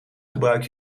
gebruik